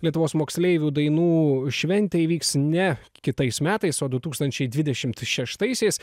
lietuvos moksleivių dainų šventė įvyks ne kitais metais o du tūkstančiai dvidešim šeštaisiais